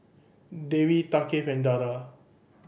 Dewi Thaqif and Dara